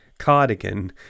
cardigan